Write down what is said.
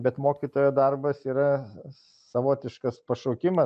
bet mokytojo darbas yra savotiškas pašaukimas